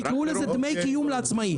תקראו לזה דמי קיום לעצמאיים.